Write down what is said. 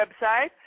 website